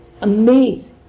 amazing